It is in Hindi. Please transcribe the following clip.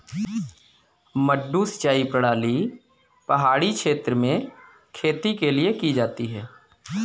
मडडू सिंचाई प्रणाली पहाड़ी क्षेत्र में खेती के लिए की जाती है